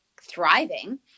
thriving